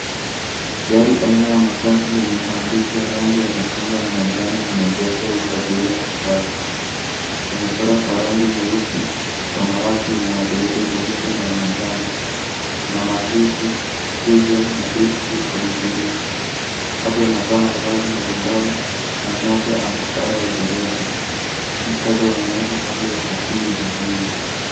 Gari aina ya matatu lenye maandishi ya rangi ya machungwa na manjano limeegeshwa huku abiria wakipanda. Limechorwa kwa rangi nyeusi, samawati yenye madoido meupe na ya manjano. Kuna maandishi Chosen na Beast kwenye dirisha. Watu wanavaa mavazi mbalimbali na mmoja ana sare ya udereva. Muktadha unaonyesha hali ya usafiri jijini.